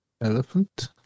Elephant